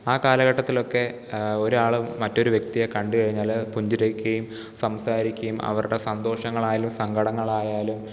ആ കാലഘട്ടത്തിലൊക്കെ ഒരാൾ മറ്റൊരു വ്യക്തിയെക്കണ്ടു കഴിഞ്ഞാൽ പുഞ്ചിരിക്കുകയും സംസാരിക്കുകയും അവരുടെ സന്തോഷങ്ങളായാലും സങ്കടങ്ങളായാലും